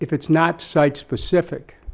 if it's not cite specific